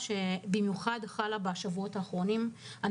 שחלה במיוחד בשבועות האחרונים.